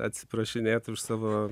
atsiprašinėt už savo